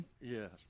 Yes